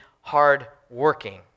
hard-working